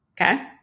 Okay